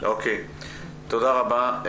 תודה רבה.